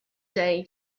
day